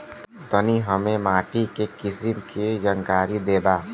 तनि हमें माटी के किसीम के जानकारी देबा?